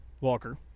Walker